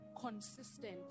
consistent